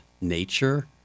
nature